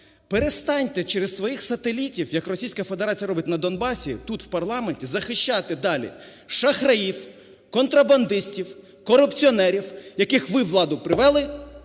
перестаньте через своїх сателітів, як Російська Федерація робить на Донбасі, тут у парламенті захищати далі шахраїв, контрабандистів, корупціонерів, яких ви у владу привели,